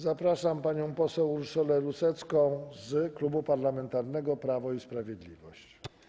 Zapraszam panią poseł Urszulę Rusecką z Klubu Parlamentarnego Prawo i Sprawiedliwość.